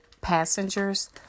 passengers